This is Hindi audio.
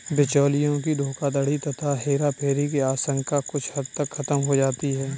बिचौलियों की धोखाधड़ी तथा हेराफेरी की आशंका कुछ हद तक खत्म हो जाती है